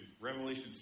Revelation